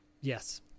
Yes